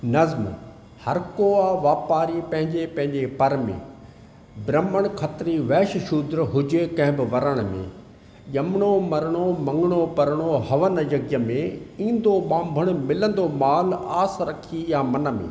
नज़्म हर को आहे वापारी पंहिंजे पंहिंजे पर में ब्रम्हण खत्री वैश्य शूद्र हुजे कंहिं बि वरण में ॼमणो मरणो मङणो परणो हवन यज्ञ में ईंदो ॿांभणु मिलंदो माल आस रखी इहा मन में